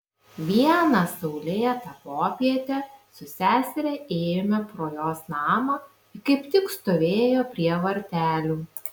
vieną saulėtą popietę su seseria ėjome pro jos namą ji kaip tik stovėjo prie vartelių